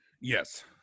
Yes